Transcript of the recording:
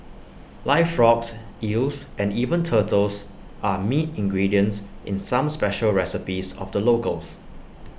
live frogs eels and even turtles are meat ingredients in some special recipes of the locals